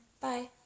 Bye